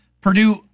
Purdue